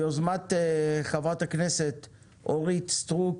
ביוזמת חברת הכנסת אורית סטרוק,